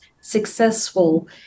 successful